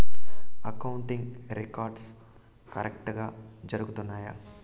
accounting records కరెక్టుగా జరుగుతున్నాయా